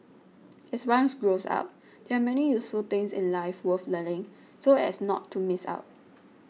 as ones grows up there are many useful things in life worth learning so as not to miss out